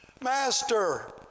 Master